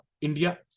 India